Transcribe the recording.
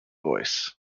voice